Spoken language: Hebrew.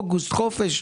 אוגוסט חופש,